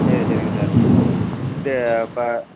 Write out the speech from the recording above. சரி சரிங்க சார் இது ப